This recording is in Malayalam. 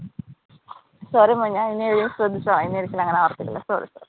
സോറി മാം ഞാൻ ഇനി ശ്രദ്ധിച്ചോളാം ഇനി ഒരിക്കലും അങ്ങനെ വരത്തില്ല സോറി സോറി